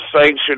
sanction